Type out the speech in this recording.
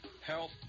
health